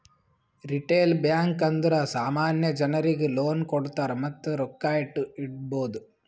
retail bank ಅಂದುರ್ ಸಾಮಾನ್ಯ ಜನರಿಗ್ ಲೋನ್ ಕೊಡ್ತಾರ್ ಮತ್ತ ರೊಕ್ಕಾ ಇಡ್ಬೋದ್